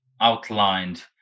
outlined